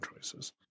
choices